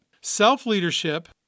Self-leadership